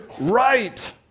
right